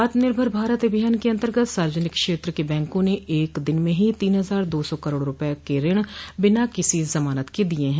आत्मनिर्भर भारत अभियान के अंतर्गत सार्वजनिक क्षेत्र के बैंकों ने एक दिन में ही तीन हजार दो सौ करोड रुपये के ऋण बिना किसी जमानत के दिये हैं